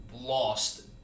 lost